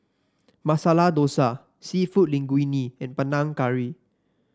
Masala Dosa seafood Linguine and Panang Curry